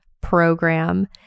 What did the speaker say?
program